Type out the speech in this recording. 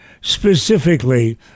specifically